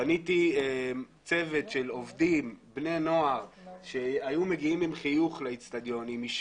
בניתי צוות של עובדים בני נוער שהיו מגיעים לאצטדיון עם חינוך,